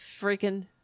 freaking